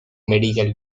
medical